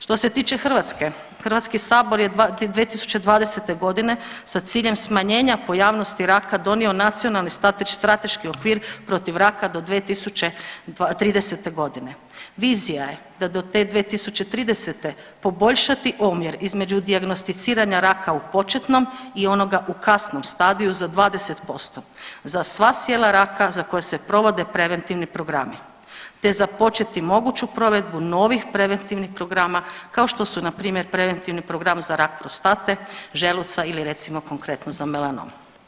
Što se tiče Hrvatske, HS je 2020.g sa ciljem smanjenja pojavnosti raka donio Nacionalni strateški okvir protiv raka do 2030.g. vizija je da do te 2030. poboljšati omjer između dijagnosticiranja raka u početnom i onoga u kasnom stadiju za 20%, za sva sijela raka za koje se provode preventivni programi te započeti moguću provedbu novih preventivnih programa kao što su npr. preventivni program za rak prostate, želuca ili recimo konkretno za melanom.